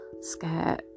skirt